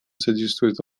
содействовать